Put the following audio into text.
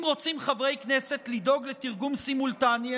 אם רוצים חברי כנסת לדאוג לתרגום סימולטני,